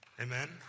Amen